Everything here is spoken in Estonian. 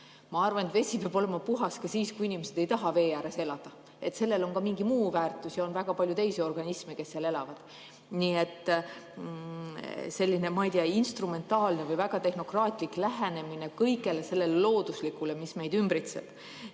Ma arvan, et vesi peab olema puhas ka siis, kui inimesed ei taha vee ääres elada. Sellel on ka mingi muu väärtus ja on väga palju organisme, kes seal elavad. See oli selline, ma ei tea, instrumentaalne või väga tehnokraatlik lähenemine kõigele looduslikule, mis meid ümbritseb.